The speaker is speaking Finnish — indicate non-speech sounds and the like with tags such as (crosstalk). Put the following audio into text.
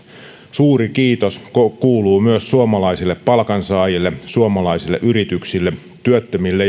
suuri kiitos kuuluu myös suomalaisille palkansaajille suomalaisille yrityksille työttömille (unintelligible)